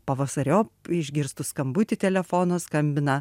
pavasariop išgirstu skambutį telefono skambina